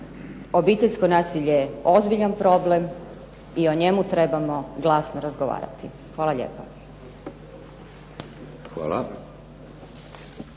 Obiteljsko nasilje je ozbiljan problem i o njemu trebamo glasno razgovarati. Hvala lijepa.